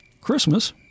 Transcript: Christmas